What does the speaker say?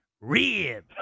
rib